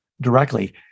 directly